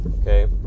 okay